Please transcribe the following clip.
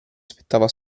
spettava